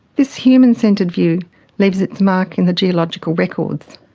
this human-centred view leaves its mark in the geological records.